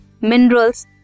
minerals